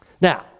Now